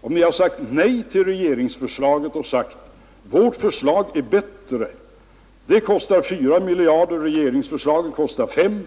om ni hade avvisat regeringsförslaget och sagt: Vårt förslag är bättre; det kostar 4 miljarder — regeringsförslaget kostar 5.